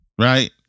right